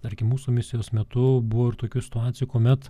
tarkim mūsų misijos metu buvo ir tokių situacijų kuomet